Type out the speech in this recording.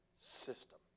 system